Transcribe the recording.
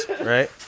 right